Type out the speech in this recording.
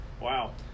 wow